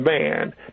man